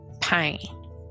pain